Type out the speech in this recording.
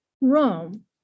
Rome